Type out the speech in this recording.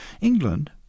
England